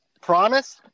promise